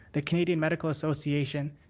the canadian medical association,